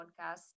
podcast